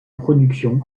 production